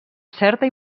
certa